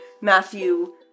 Matthew